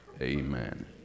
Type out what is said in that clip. Amen